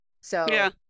So-